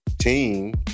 team